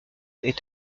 est